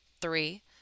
Three